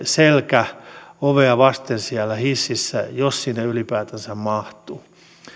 selkä ovea vasten siellä hississä jos sinne ylipäätänsä mahtuu